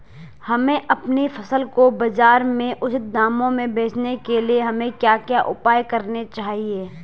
हमें अपनी फसल को बाज़ार में उचित दामों में बेचने के लिए हमें क्या क्या उपाय करने चाहिए?